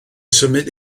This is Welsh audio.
symud